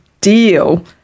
deal